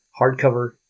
hardcover